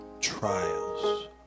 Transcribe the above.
trials